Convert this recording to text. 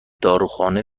داروخانه